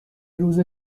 روز